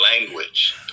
language